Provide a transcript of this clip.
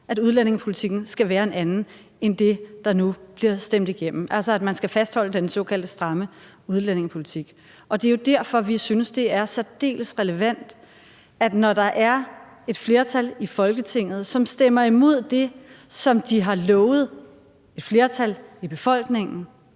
at udlændingepolitikken skal være en anden end det, der nu bliver stemt igennem – altså at man skal fastholde den såkaldte stramme udlændingepolitik. Det er jo derfor, vi synes, det er særdeles relevant. Når der er et flertal i Folketinget, som stemmer imod det, som de har lovet et flertal af befolkningen,